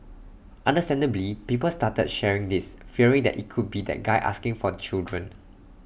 understandably people started sharing this fearing that IT could be that guy asking for children